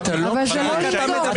------ יסביר לנו.